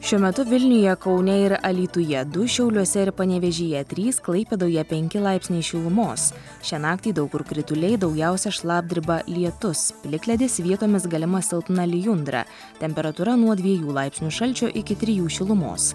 šiuo metu vilniuje kaune ir alytuje du šiauliuose ir panevėžyje trys klaipėdoje penki laipsniai šilumos šią naktį daug kur krituliai daugiausia šlapdriba lietus plikledis vietomis galima silpna lijundra temperatūra nuo dviejų laipsnių šalčio iki trijų šilumos